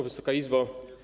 Wysoka Izbo!